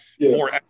more